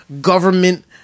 government